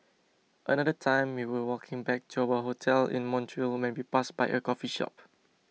another time we were walking back to our hotel in Montreal when we passed by a coffee shop